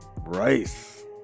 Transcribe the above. Rice